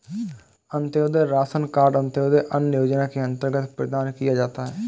Antyodaya ration card अंत्योदय अन्न योजना के अंतर्गत प्रदान किया जाता है